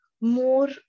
more